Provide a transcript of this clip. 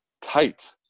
tight